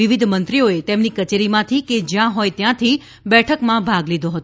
વિવિધ મંત્રીઓએ તેમની કચેરીમાથી કે જ્યાં હોય ત્યાથી બેઠકમાં ભાગ લીધો હતો